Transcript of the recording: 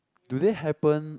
do they happen